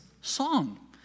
song